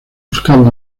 buscaban